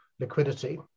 liquidity